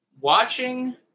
watching